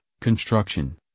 construction